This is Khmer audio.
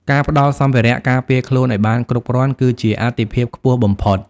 ការផ្តល់សម្ភារៈការពារខ្លួនឲ្យបានគ្រប់គ្រាន់គឺជាអាទិភាពខ្ពស់បំផុត។